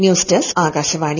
news desk Akashvani